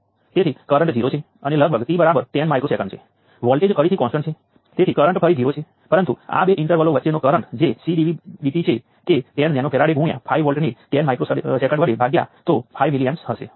તેથી સૌ પ્રથમ એક સરળ સર્કિટ વિશ્લેષણ મૂળભૂત રીતે કિર્ચોફનો કરંટ લૉ તમને કહે છે કે અહીં આ કરંટ સોર્સને કારણે આપણી પાસે અહીં 5 મિલી એમ્પીયર છે અને તે કરંટ સોર્સને કારણે અહીં આપણી પાસે 2 મિલી એમ્પીયર છે